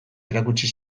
erakutsi